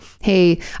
hey